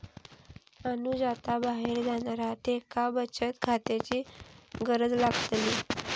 अनुज आता बाहेर जाणार हा त्येका बचत खात्याची गरज लागतली